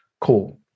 Cool